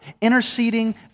interceding